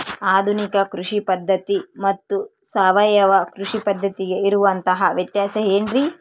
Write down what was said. ಆಧುನಿಕ ಕೃಷಿ ಪದ್ಧತಿ ಮತ್ತು ಸಾವಯವ ಕೃಷಿ ಪದ್ಧತಿಗೆ ಇರುವಂತಂಹ ವ್ಯತ್ಯಾಸ ಏನ್ರಿ?